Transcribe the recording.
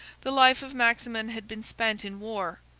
the life of maximin had been spent in war,